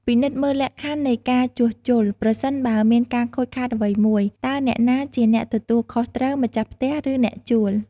ពិនិត្យមើលលក្ខខណ្ឌនៃការជួសជុល ប្រសិនបើមានការខូចខាតអ្វីមួយ តើអ្នកណាជាអ្នកទទួលខុសត្រូវ ម្ចាស់ផ្ទះ ឬអ្នកជួល។